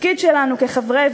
התפקיד שלנו כחברי,